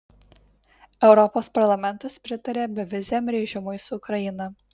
europos parlamentas pritarė beviziam režimui su ukraina